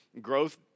Growth